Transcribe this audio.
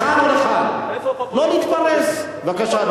המחאה החברתית, אדוני, בבקשה.